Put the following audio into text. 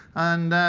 and